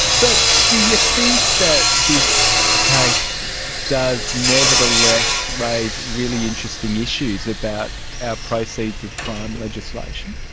but do you think that this case does nevertheless raise really interesting issues about our proceeds of crime legislation?